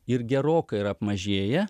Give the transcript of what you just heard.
ir gerokai yra apmažėję